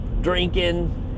drinking